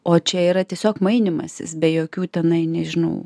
o čia yra tiesiog mainymasis be jokių tenai nežinau